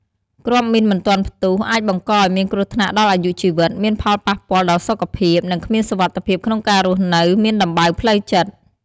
គ្រាប់មីនមិនទាន់ផ្ទុះ អាចបង្ករឲ្យមានគ្រោះថ្នាក់ដល់អាយុជីវិត មានផលបោះះពាល់ដល់សុខភាព និង គ្មានសុវត្ថិភាពក្នុងការរស់នៅ មានដំបៅផ្លូវចិត្ត។